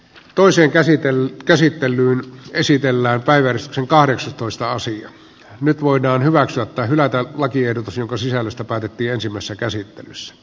toisen käsittelyn käsittely esitellään päivän kahdeksantoista asia nyt voidaan hyväksyä tai hylätä lakiehdotus jonka sisällöstä päätettiin ensimmäisessä käsittelyssä